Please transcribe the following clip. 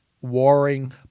warring